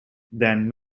then